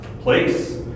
place